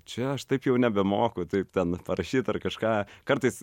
čia aš taip jau nebemoku taip ten parašyt ar kažką kartais